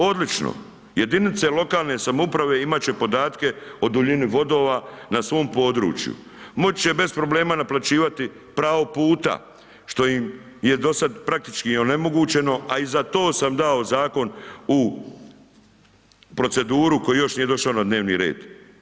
Odlučno, jedinice lokalne samouprave imat će podatke o duljini vodova na svom području, moći će bez problema naplaćivati pravo puta, što im je dosad praktički onemogućeno, a i za to sam dao zakon u proceduru koji još nije došao na dnevni red.